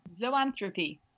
Zoanthropy